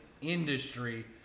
industry